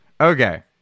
Okay